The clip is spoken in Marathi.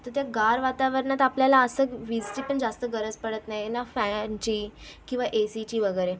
तर त्या गार वातावरणात आपल्याला असं वीजचीपण जास्त गरज पडत नाही ना फॅनची किंवा ए सीची वगैरे